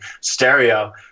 stereo